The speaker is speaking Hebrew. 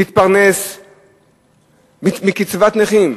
להתפרנס מקצבת נכים.